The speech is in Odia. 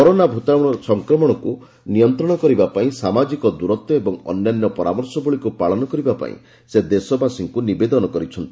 କରୋନା ଭୂତାଣୁର ସଂକ୍ରମଣକୁ ନିୟନ୍ତ୍ରଣ କରିବା ପାଇଁ ସାମାଜିକ ଦୂରତ୍ୱ ଓ ଅନ୍ୟାନ୍ୟ ପରାମର୍ଶବଳୀକୁ ପାଳନ କରିବା ପାଇଁ ସେ ଦେଶବାସୀଙ୍କୁ ନିବେଦନ କରିଛନ୍ତି